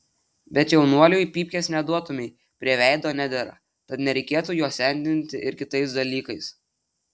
bet jaunuoliui pypkės neduotumei prie veido nedera tad nereikėtų jo sendinti ir kitais dalykais